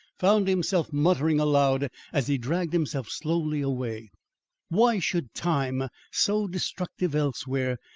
found himself muttering aloud as he dragged himself slowly away why should time, so destructive elsewhere,